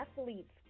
athlete's